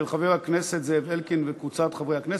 של חבר הכנסת זאב אלקין וקבוצת חברי הכנסת.